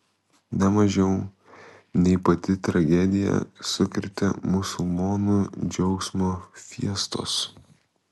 ne mažiau nei pati tragedija sukrėtė musulmonų džiaugsmo fiestos